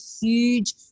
huge